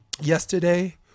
yesterday